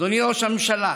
אדוני ראש הממשלה,